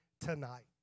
tonight